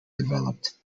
developed